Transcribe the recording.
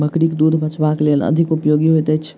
बकरीक दूध बच्चाक लेल अधिक उपयोगी होइत अछि